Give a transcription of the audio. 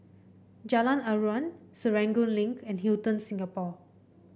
Jalan Aruan Serangoon Link and Hilton Singapore